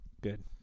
Good